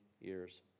years